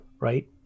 Right